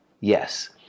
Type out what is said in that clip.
yes